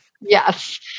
Yes